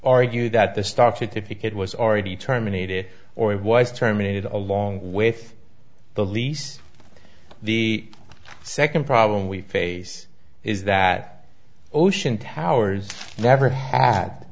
argue that the stock certificate was already terminated or it was terminated along with the lease the second problem we face is that ocean towers never had